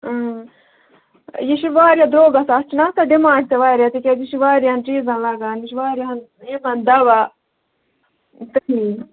اۭں یہِ چھُ وارِیاہ درٛوگ گَژھان اَتھ چھِنَہ آسان ڈِمانٛڈ تہِ واریاہ تکیازِ یہِ چھُ وارِیاہن چیٖزن لَگان یہِ چھُ وارِیاہن یِمن دَوا تمے